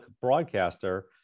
broadcaster